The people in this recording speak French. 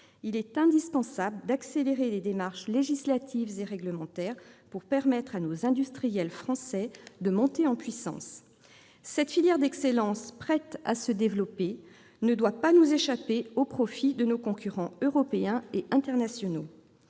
il est indispensable d'accélérer les démarches législatives et réglementaires pour permettre à nos industriels français de monter en puissance en la matière. Cette filière d'excellence, prête à se développer, ne doit pas nous échapper au profit de nos concurrents européens et internationaux.